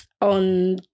on